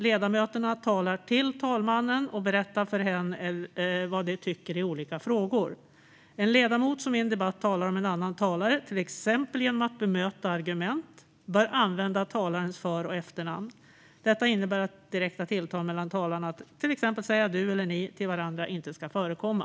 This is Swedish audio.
Ledamöterna talar till talmannen och berättar för hen vad de tycker i olika frågor. En ledamot som i en debatt talar om en annan talare, till exempel genom att bemöta argument, bör använda talarens för och efternamn. Detta innebär att direkta tilltal mellan talarna, att till exempel säga du eller ni till varandra, inte ska förekomma.